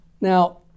Now